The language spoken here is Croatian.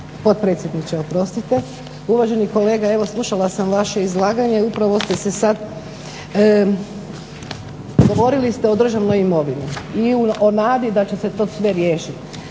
potpredsjedniče Hrvatskoga sabora. Kolega, slušala sam vaše izlaganje i upravo ste se sada, govorili ste o državnoj imovini i o nadi da će se sve to riješiti.